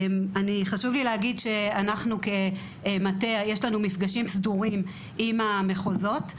חשוב לי להגיד שלנו כמטה יש מפגשים סדורים עם המחוזות.